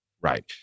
Right